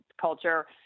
culture